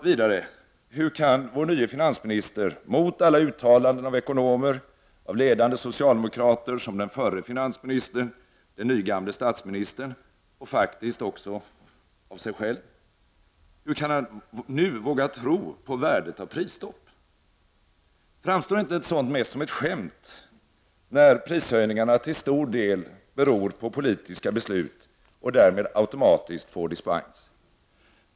Vidare: Hur kan vår nye finansminister — mot alla uttalanden av ekonomer och av ledande socialdemokrater som den förre finansministern, den nygamle statsministern och faktiskt också av sig själv — våga tro på värdet av prisstopp? Framstår inte ett sådant mest som ett skämt, när prishöjningarna till stor del beror på politiska beslut och därmed automatiskt får dispens?